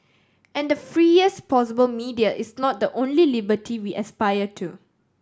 and the freest possible media is not the only liberty we aspire to